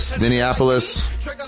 Minneapolis